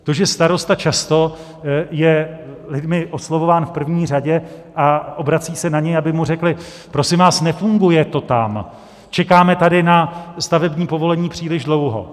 To, že starosta často je lidmi oslovován v první řadě a obrací se na něj, aby mu řekli: Prosím vás, nefunguje to tam, čekáme tady na stavební povolení příliš dlouho.